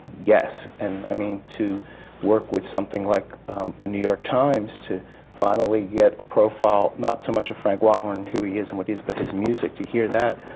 and i mean, to work with something like the new york times, to finally get a profile, not so much of frank wildhorn, who he is and what he is, but his music, to hear that,